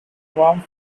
warm